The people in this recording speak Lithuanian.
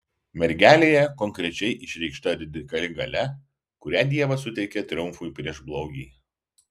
mergelėje konkrečiai išreikšta radikali galia kurią dievas suteikė triumfui prieš blogį